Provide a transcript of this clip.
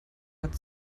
hat